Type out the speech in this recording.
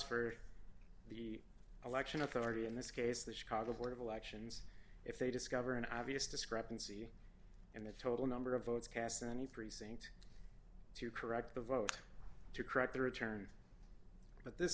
for the election authority in this case the chicago board of elections if they discover an obvious discrepancy in the total number of votes cast in any precinct to correct the vote to correct the return but this